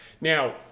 Now